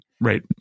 right